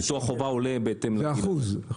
ביטוח חובה בהתאם לגיל, נכון?